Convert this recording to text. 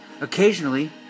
Occasionally